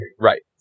Right